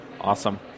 Awesome